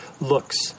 looks